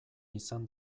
izan